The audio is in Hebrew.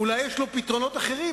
אולי יש לו פתרונות אחרים.